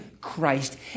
Christ